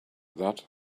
that